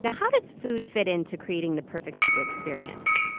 yeah how does food fit in to creating the perfect hygge experience?